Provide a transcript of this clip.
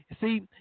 See